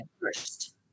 first